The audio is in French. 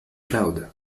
cloud